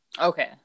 Okay